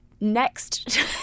next